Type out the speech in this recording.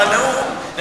בנאום.